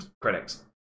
critics